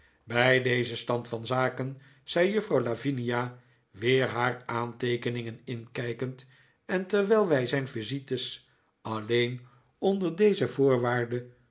bij dezen stand van zaken zei juffrouw lavinia weer haar aanteekeningen inkijkend en terwijl wij zijn visites alleen onder deze voorwaarde